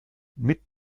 mit